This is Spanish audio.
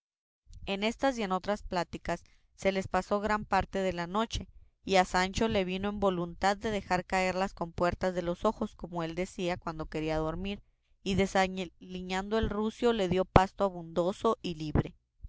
en estas y en otras pláticas se les pasó gran parte de la noche y a sancho le vino en voluntad de dejar caer las compuertas de los ojos como él decía cuando quería dormir y desaliñando al rucio le dio pasto abundoso y libre